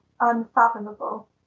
unfathomable